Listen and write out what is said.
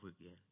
again